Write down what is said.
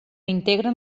integren